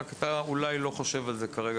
רק שאולי אתה לא חושב על זה כרגע,